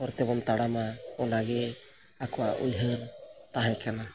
ᱦᱚᱨ ᱛᱮᱵᱚᱱ ᱛᱟᱲᱟᱢᱟ ᱚᱱᱟᱜᱮ ᱟᱠᱚᱣᱟᱜ ᱩᱭᱦᱟᱹᱨ ᱛᱟᱦᱮᱸ ᱠᱟᱱᱟ